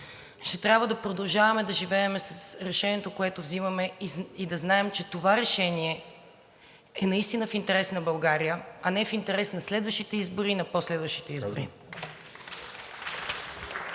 ще трябва да продължаваме да живеем с решението, което взимаме, и да знаем, че това решение е наистина в интерес на България, а не в интерес на следващите избори и на по-следващите избори.